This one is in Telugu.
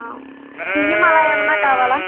బియ్యం అలా ఏమన్నా కావాలా